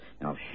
Now